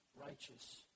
righteous